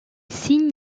signe